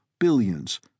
billions